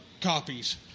copies